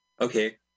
Okay